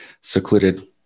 secluded